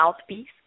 mouthpiece